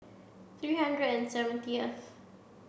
three hundred and seventieth